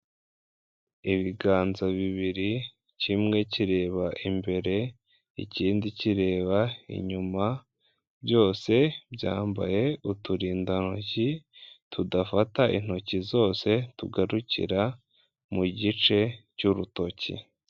Ibiganza bibiri kimwe kireba imbere, ikindi kireba inyuma byose byambaye uturindantoki tudafata intoki zose tugarukira mu gice cy'urutoki.